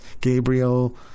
Gabriel